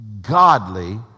godly